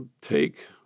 take